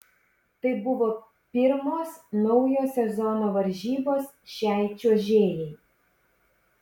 tai buvo pirmos naujo sezono varžybos šiai čiuožėjai